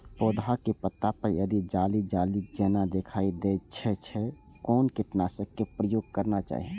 पोधा के पत्ता पर यदि जाली जाली जेना दिखाई दै छै छै कोन कीटनाशक के प्रयोग करना चाही?